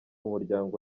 muryango